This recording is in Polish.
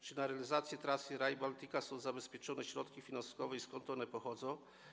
Czy na realizację trasy Rail Baltica są zabezpieczone środki finansowe i skąd one pochodzą?